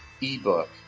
ebook